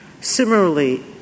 Similarly